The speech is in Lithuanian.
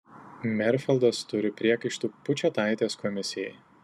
merfeldas turi priekaištų pučėtaitės komisijai